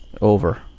Over